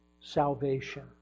salvation